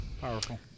Powerful